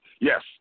Yes